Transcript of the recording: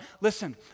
listen